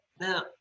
Now